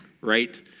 right